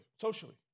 socially